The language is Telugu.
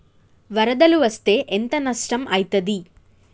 వరదలు వస్తే ఎంత నష్టం ఐతది?